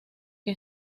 que